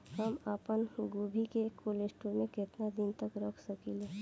हम आपनगोभि के कोल्ड स्टोरेजऽ में केतना दिन तक रख सकिले?